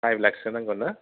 five लाखसो नांगोन ना